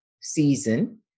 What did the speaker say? season